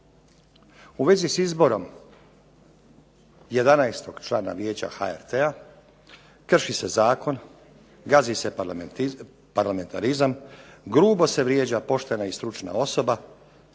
U vezi s izborom jedanaestog člana Vijeća HRT-a krši se zakon, gazi se parlamentarizam, grubo se vrijeđa poštena i stručna osoba